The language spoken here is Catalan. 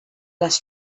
les